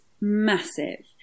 massive